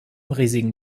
riesigen